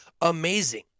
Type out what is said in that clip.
amazing